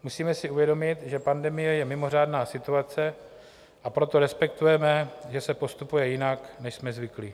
Musíme si uvědomit, že pandemie je mimořádná situace, a proto respektujeme, že se postupuje jinak, než jsme zvyklí.